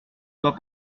sois